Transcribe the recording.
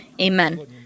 Amen